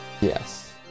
Yes